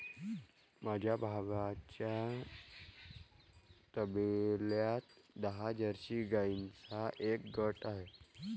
माझ्या भावाच्या तबेल्यात दहा जर्सी गाईंचा एक गट आहे